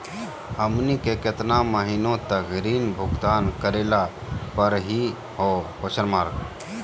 हमनी के केतना महीनों तक ऋण भुगतान करेला परही हो?